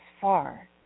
far